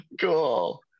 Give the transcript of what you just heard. Cool